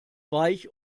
weich